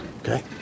Okay